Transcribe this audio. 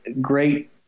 great